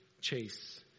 chase